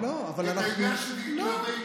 כי זה עניין שמתלווה אליו פיצוי.